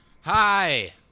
Hi